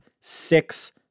six